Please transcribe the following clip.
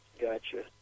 Gotcha